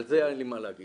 על זה אין לי מה להגיד.